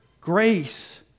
grace